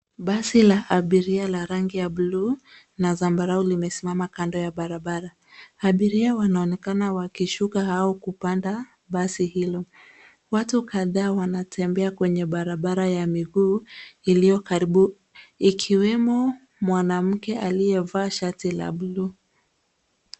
Basi la abiria la rangi ya buluu na zambarau limesimama kando ya barabara. Abiria wanaonekana wakishuka au kupanda basi hilo. Watu kadhaa wanatembea kwenye barabara ya miguu iliyo karibu, ikiwemo mwanamke aliyevaa shati la buluu.